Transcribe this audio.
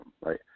right